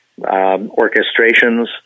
orchestrations